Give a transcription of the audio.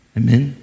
amen